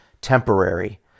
temporary